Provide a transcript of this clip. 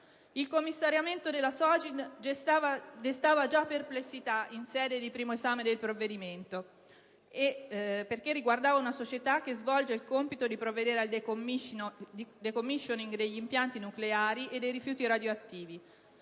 Il commissariamento della Sogin destava già perplessità in occasione del primo esame del provvedimento, perché riguarda una società che svolge il compito di provvedere al *decommissioning* degli impianti nucleari e dei rifiuti radioattivi;